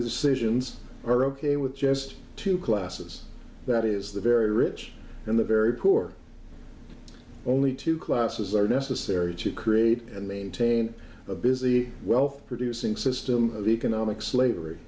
the decisions are ok with just two classes that is the very rich and the very poor only two classes are necessary to create and maintain a busy wealth producing system of economic slavery